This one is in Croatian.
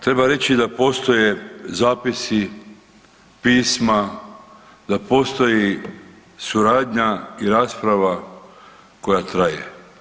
Treba reći da postoje zapisi, pisma, da postoji suradnja i rasprava koja traje.